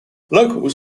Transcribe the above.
local